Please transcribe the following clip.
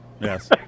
Yes